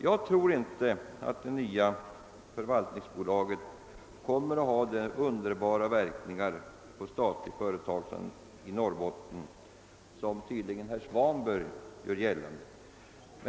Jag kan inte inse att det nya förvaltningsbolaget skulle få en sådan underbar verkan på statlig företagsamhet i Norrbotten som herr Svanberg gör gällande.